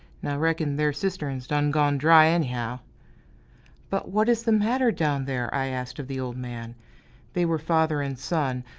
reck'n their cistern's done gone dry, anyhow! but what is the matter down there? i asked of the old man they were father and son,